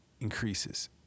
increases